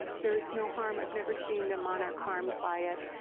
there's no harm. i've never seen a monarch harmed by it.